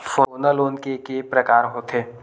सोना लोन के प्रकार के होथे?